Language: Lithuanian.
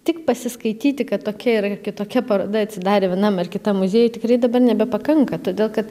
tik pasiskaityti kad tokia yra ir kitokia paroda atsidarė vienam ar kitam muziejuj tikrai dabar nebepakanka todėl kad